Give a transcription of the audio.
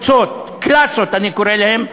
קלאסות אני קורא להן,